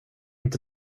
inte